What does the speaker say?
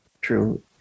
True